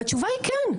התשובה היא כן,